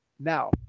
Now